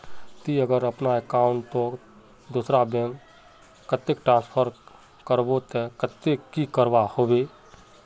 ती अगर अपना अकाउंट तोत दूसरा बैंक कतेक ट्रांसफर करबो ते कतेक की करवा होबे बे?